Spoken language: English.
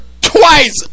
twice